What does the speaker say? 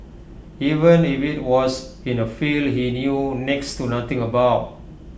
even if IT was in A field he knew next to nothing about